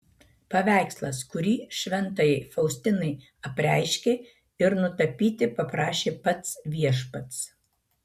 paveikslas kurį šventajai faustinai apreiškė ir nutapyti paprašė pats viešpats